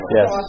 Yes